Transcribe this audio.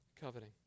coveting